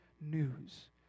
news